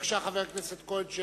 בבקשה, חבר הכנסת כהן.